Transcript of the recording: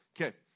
okay